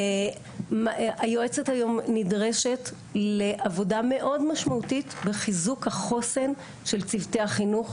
היועצת היום נדרשת לעבודה מאוד משמעותית בחיזוק החוסן של צוותי החינוך,